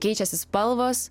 keičiasi spalvos